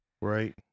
Right